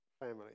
family